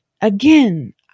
Again